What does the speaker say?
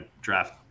draft